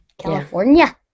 California